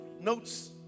notes